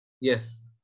Yes